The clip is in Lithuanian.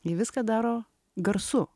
jie viską daro garsu